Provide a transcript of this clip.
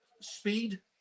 speed